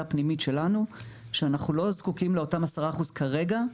פנימית שלנו שאנחנו לא זקוקים לאותם 10% כרגע,